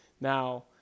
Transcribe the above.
now